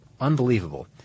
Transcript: unbelievable